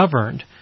governed